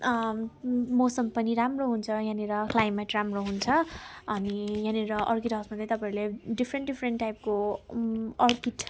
मौसम पनि राम्रो हुन्छ यहाँनिर क्लाइमेट राम्रो हुन्छ अनि यहाँनिर अर्किड हाउसमा चाहिँ तपाईँहरूले डिफरेन्ट डिफरेन्ट टाइपको अर्किड